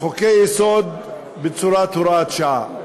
חוקי-יסוד בצורת הוראת שעה,